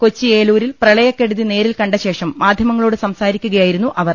കൊച്ചി ഏലൂരിൽ പ്രളയക്കെടുതി നേരിൽ കണ്ടശേഷം മാധ്യമ ങ്ങളോട് സംസാരിക്കുകയായിരുന്നു അവർ